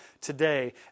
today